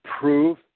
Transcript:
prove